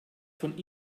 von